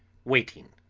waiting.